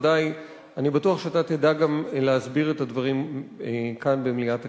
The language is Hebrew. ובוודאי אני בטוח שאתה תדע גם להסביר את הדברים כאן במליאת הכנסת.